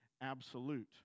absolute